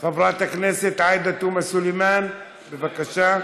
חברת הכנסת עאידה תומא סלימאן, בבקשה.